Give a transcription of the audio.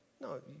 No